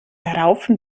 raufen